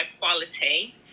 quality